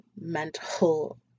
mental